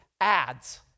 ads